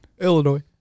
Illinois